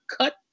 cut